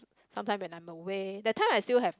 sometime when I'm away that time I still have